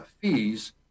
fees